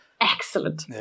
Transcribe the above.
Excellent